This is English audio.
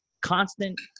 constant